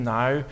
now